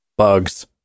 bugs